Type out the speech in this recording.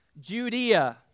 Judea